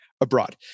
abroad